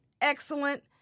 excellent